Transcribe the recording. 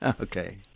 Okay